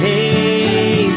Hey